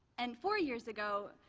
and four years ago,